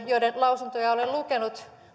joiden lausuntoja olen lukenut